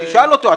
תשאל אותו.